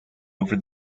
over